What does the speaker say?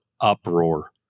uproar